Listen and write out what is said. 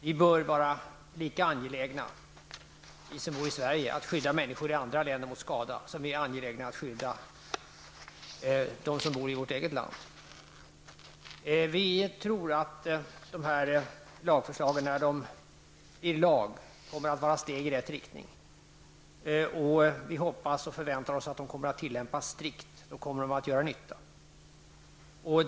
Vi som bor i Sverige bör vara lika angelägna att skydda människor i andra länder mot skada som vi är angelägna att skydda dem som bor i vårt eget land. Vi tror att de här lagförslagen, när de blir lag, kommer att vara ett steg i rätt riktning. Vi hoppas och förväntar oss att de kommer att tillämpas strikt. Då kommer de att göra nytta.